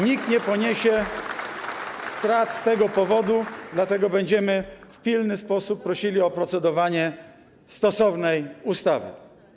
Nikt nie poniesie strat z tego powodu, dlatego będziemy w pilny sposób prosili o procedowanie stosownej ustawy.